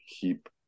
keep